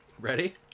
Ready